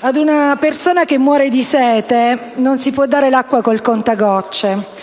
ad una persona che muore di sete non si può dare l'acqua con il contagocce.